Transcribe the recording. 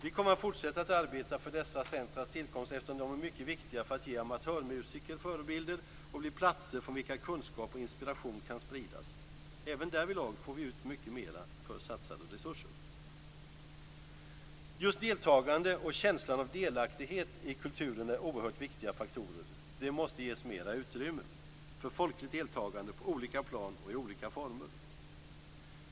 Vi kommer att fortsätta att arbeta för dessa centrums tillkomst eftersom de är mycket viktiga för att ge amatörmusiker förebilder och blir platser från vilka kunskap och inspiration kan spridas. Även därvidlag får vi ut mycket mera för satsade resurser. Just deltagande och känslan av delaktighet i kulturen är oerhört viktiga faktorer. Det måste ges mera utrymme för folkligt deltagande på olika plan och i olika former.